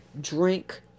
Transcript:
drink